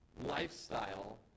lifestyle